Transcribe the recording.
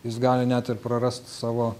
jis gali net ir prarast savo